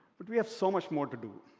but we have so much more to do.